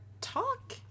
talk